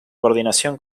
coordinación